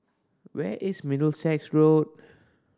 where is Middlesex Road